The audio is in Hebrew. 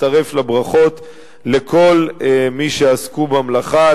מצטרף לברכות לכל מי שעסקו במלאכה,